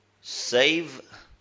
save